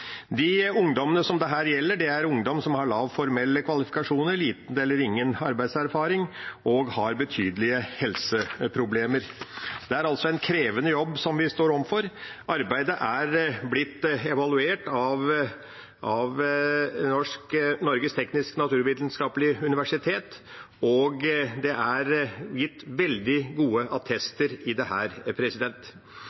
ungdom som har lave formelle kvalifikasjoner, liten eller ingen arbeidserfaring og betydelige helseproblemer. Det er altså en krevende jobb vi står overfor. Arbeidet er blitt evaluert av Norges teknisk-naturvitenskapelige universitet, og det er gitt veldig gode